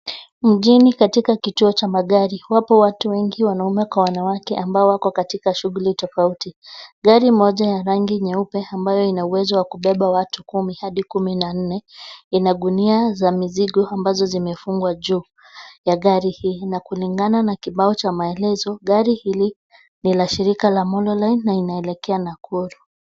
Mjini katika kituo cha magari wapo watu wengi wanaume kwa wanawake ambao wako katika shughuli tofauti. Gari moja ya rangi nyeupe ambayo ina uwezo wa kubeba watu kumi hadi kumi na nne ina gunia za mizigo ambazo zimefungwa juu ya gari hii na kulingana na maelezo, gari hili ni la shirika la Mololine na linaelekea Nakuru.